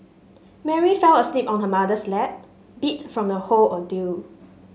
Mary fell asleep on her mother's lap beat from the whole ordeal